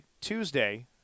Tuesday